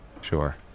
Sure